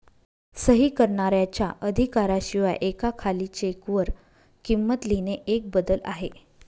सही करणाऱ्याच्या अधिकारा शिवाय एका खाली चेक वर किंमत लिहिणे एक बदल आहे